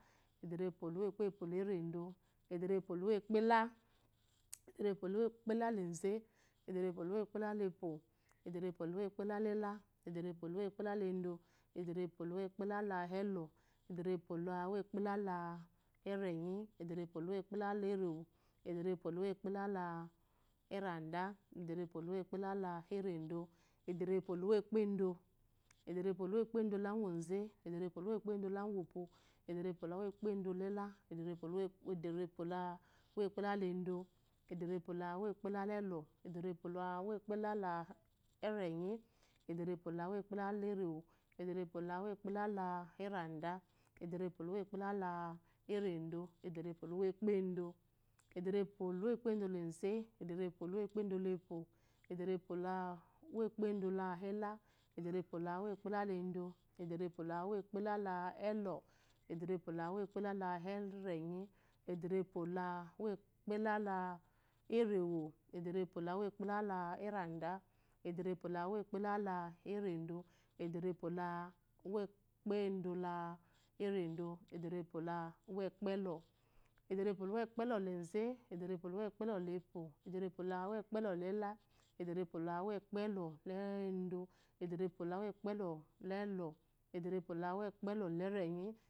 Ederepwolumokpepwolerdo, ederepwolumo ekpode, edere pwowekpeleze, ederep luwekpelepwo, ederepwoluluwekpelaledo, edeproluwekpe lalelɔ, edrepwolumekpelalernyi, edareepwo luwoekpedalaleremy edrepwoluwuekpedaurada ederepwohimepeleleredo, ederepmolumevpedo, ederepwokukpdaguoze, rderepwoluwokpe goupwo ederepwolumokpedala, edrepw, ederepwo lauwo kulelaedo ederepwo lawopklaleɔ ede repwola uwklalernyi, ederapwluwo kpelerew edrepwolumi kpelalereda edrepwolumekplalerdo, ederepwo luwe ekpedo, edrepwo laukpedeze edrepwluwokpedolepwo, ederepwoluwakpedolelo, ederepwolukpelaledo, ederepwolauwokpellels, ederepwolumokdalerenyi edrepelumoekpelalere, edereplumo kpalalerade, ederepwo inmoekpelaleredo, edrepwolumekpela rerdo ederepwolauwkpela ederepwoluwo, ekpelslize, ederepwolukepelipm ederepwelauwepelɔlida, ederpwolauwo kelɔda, edere pwoluwo ekpelelɔ ederepwoluekpeblerenyi